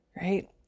right